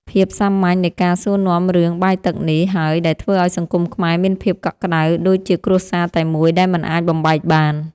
ភាពសាមញ្ញនៃការសួរនាំរឿងបាយទឹកនេះហើយដែលធ្វើឱ្យសង្គមខ្មែរមានភាពកក់ក្តៅដូចជាគ្រួសារតែមួយដែលមិនអាចបំបែកបាន។